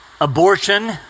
abortion